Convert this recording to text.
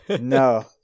No